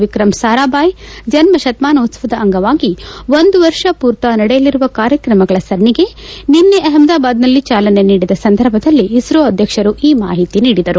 ವಿಕ್ರಮ್ ಸಾರಾಭಾಯ್ ಜನ್ಮ ಶತಮಾನೋತ್ಸವದ ಅಂಗವಾಗಿ ಒಂದು ವರ್ಷ ಪೂರ್ತಾ ನಡೆಯಲಿರುವ ಕಾರ್ಯಕ್ರಮಗಳ ಸರಣಿಗೆ ನಿನ್ನೆ ಅಹಮದಾಬಾದ್ನಲ್ಲಿ ಚಾಲನೆ ನೀಡಿದ ಸಂದರ್ಭದಲ್ಲಿ ಇಸ್ರೋ ಅಧ್ಯಕ್ಷರು ಈ ಕುರಿತು ಮಾಹಿತಿ ನೀಡಿದರು